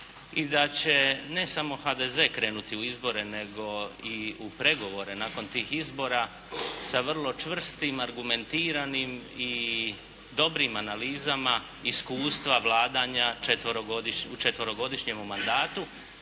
i da će ne samo HDZ krenuti u izbore nego i u pregovore nakon tih izbora sa vrlo čvrstim, argumentiranim i dobrim analizama iskustva vladanja u četverogodišnjem mandatu